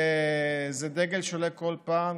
זה דגל שעולה בכל פעם,